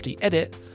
Edit